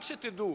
רק שתדעו,